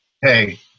hey